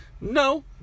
No